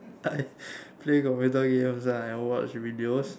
I play computer games and I watch videos